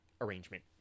Arrangement